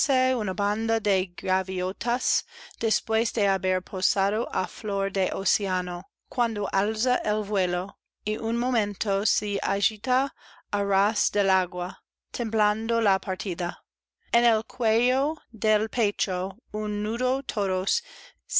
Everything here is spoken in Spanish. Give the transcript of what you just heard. banda de gaviotas después de haber posado á flor de océano cuando alza el vuelo y un momento se agita á ras del agua templando la partida en el cuello del